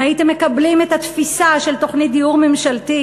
אם הייתם מקבלים את התפיסה של תוכנית דיור ממשלתית